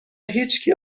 هیچکی